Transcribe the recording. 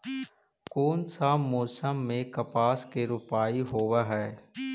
कोन सा मोसम मे कपास के रोपाई होबहय?